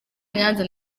nyanza